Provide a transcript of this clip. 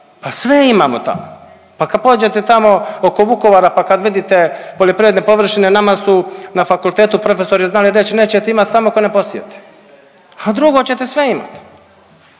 pa sve imamo tamo, pa kad pođete tamo oko Vukovara pa kad vidite poljoprivredne površine nama su na fakultetu profesori reći nećete imat samo ako ne posijete, a drugo ćete sve imat,